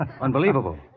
Unbelievable